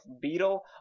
beetle